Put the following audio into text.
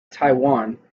taiwan